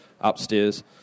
upstairs